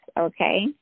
Okay